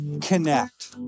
connect